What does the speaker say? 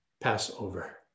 Passover